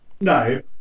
No